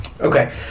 Okay